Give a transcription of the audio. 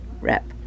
rep